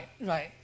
right